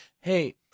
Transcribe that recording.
hey